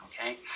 okay